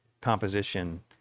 composition